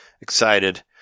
excited